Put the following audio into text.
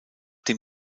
dem